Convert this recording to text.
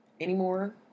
anymore